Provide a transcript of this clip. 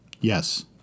Yes